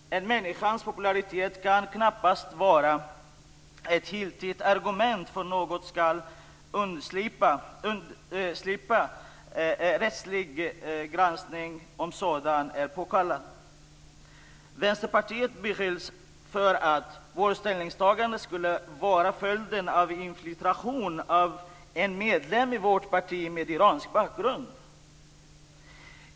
En människas popularitet kan knappast vara ett giltigt argument för att han eller hon skall undslippa rättslig granskning om sådan är påkallad. Vi i Vänsterpartiet beskylls för att vårt ställningstagande skulle vara följden av infiltration av en medlem i vårt parti med iransk bakgrund.